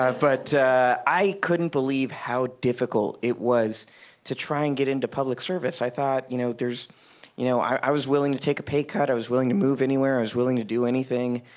but i couldn't believe how difficult it was to try and get into public service. i thought, you know, there's you know i was willing to take a pay cut. i was willing to move anywhere. i was willing to do anything.